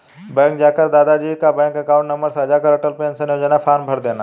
bank जाकर दादा जी का बैंक अकाउंट नंबर साझा कर अटल पेंशन योजना फॉर्म भरदेना